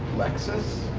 lexus?